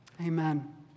Amen